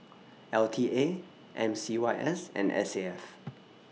L T A M C Y S and S A F